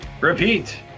repeat